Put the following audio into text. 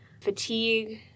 fatigue